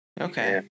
Okay